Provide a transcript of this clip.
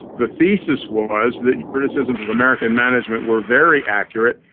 the thesis was that criticisms of america and management were very accurate,